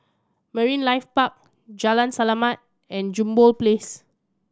Marine Life Park Jalan Selamat and Jambol Place